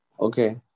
Okay